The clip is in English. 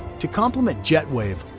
to complement jetwave,